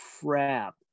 crap